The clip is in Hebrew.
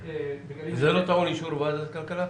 זה לא נכון אישור ועדת הכלכלה?